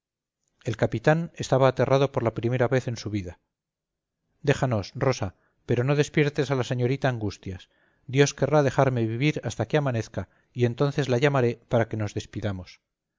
el capitán estaba aterrado por la primera vez de su vida déjanos rosa pero no despiertes a la señorita angustias dios querrá dejarme vivir hasta que amanezca y entonces la llamaré para que nos despidamos